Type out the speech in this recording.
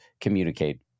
communicate